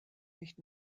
nicht